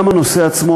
גם הנושא עצמו,